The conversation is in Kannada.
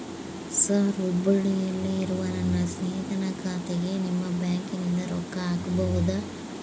ಸರ್ ಹುಬ್ಬಳ್ಳಿಯಲ್ಲಿ ಇರುವ ನನ್ನ ಸ್ನೇಹಿತನ ಖಾತೆಗೆ ನಿಮ್ಮ ಬ್ಯಾಂಕಿನಿಂದ ರೊಕ್ಕ ಹಾಕಬಹುದಾ?